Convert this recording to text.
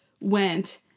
went